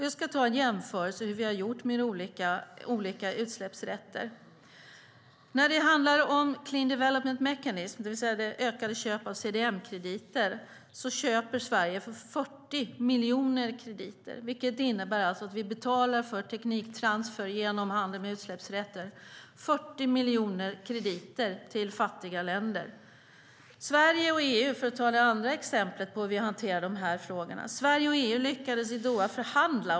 Jag ska göra en jämförelse med hur vi har gjort med olika utsläppsrätter. När det handlar om Clean Development Mechanism, det vill säga ökade köp av CDM-krediter, köper Sverige 40 miljoner krediter. Det betyder att vi betalar för tekniktransfer genom att använda utsläppsrätter. Det handlar om 40 miljoner krediter till fattiga länder. Låt mig ta ett annat exempel: Sverige och EU lyckades i Doha förhandla.